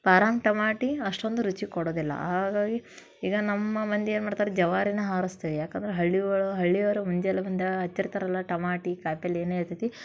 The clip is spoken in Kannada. ಪಾರಮ್ ಟಮಾಟಿ ಅಷ್ಟೊಂದು ರುಚಿ ಕೊಡೋದಿಲ್ಲ ಹಾಗಾಗಿ ಈಗ ನಮ್ಮ ಮಂದಿ ಏನ್ಮಾಡ್ತಾರೆ ಜವಾರಿನೇ ಆರಸ್ತಿವಿ ಯಾಕಂದ್ರೆ ಹಳ್ಳಿ ಒಳ ಹಳ್ಳಿಯವರು ಮುಂಜಲೆ ಟಮಾಟಿ ಕಾಯಿ ಪಲ್ಯನೇ ಇರ್ತೈತಿ